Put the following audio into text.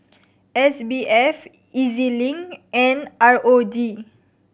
S B F E Z Link and R O D